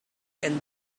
and